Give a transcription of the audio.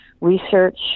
research